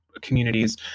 communities